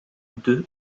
deux